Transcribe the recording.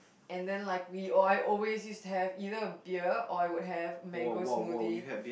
and then like we oh I always used to have either beer or I would have mango smoothie